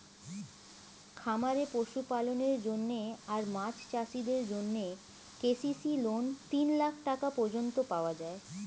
খামারে পশুপালনের জন্য আর মাছ চাষিদের জন্যে কে.সি.সি লোন তিন লাখ টাকা পর্যন্ত পাওয়া যায়